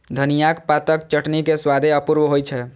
धनियाक पातक चटनी के स्वादे अपूर्व होइ छै